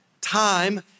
Time